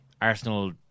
Arsenal